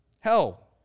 hell